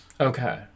Okay